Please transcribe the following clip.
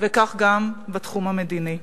וכך גם בתחום המדיני.